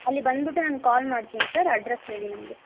ಅಲ್ಲಿ ಬಂದುಬಿಟ್ಟು ನಾನು ಕಾಲ್ ಮಾಡ್ತೀನಿ ಸರ್ ಅಡ್ರೆಸ್ ಹೇಳಿ ನನಗೆ